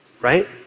Right